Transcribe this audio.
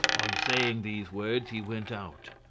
on saying these words he went out.